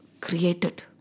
created